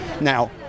Now